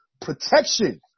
protection